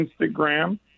Instagram